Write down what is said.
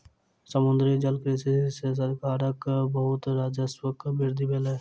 समुद्री जलकृषि सॅ सरकारक बहुत राजस्वक वृद्धि भेल